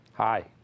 Hi